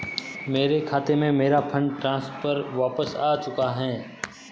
मेरे खाते में, मेरा फंड ट्रांसफर वापस आ चुका है